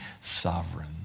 sovereign